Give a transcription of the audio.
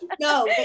No